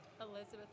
Elizabeth